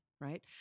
right